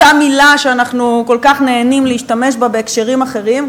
אותה מילה שאנחנו כל כך נהנים להשתמש בה בהקשרים אחרים,